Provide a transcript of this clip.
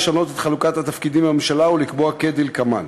לשנות את חלוקת התפקידים בממשלה ולקבוע כדלקמן: